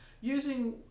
using